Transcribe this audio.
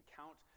count